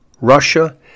Russia